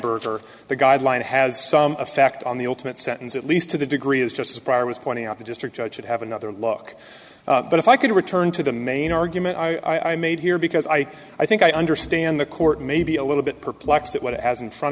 weinberger the guideline has some effect on the ultimate sentence at least to the degree is just a prior was pointing out the district judge should have another look but if i can return to the main argument i made here because i i think i understand the court may be a little bit perplexed at what it has in front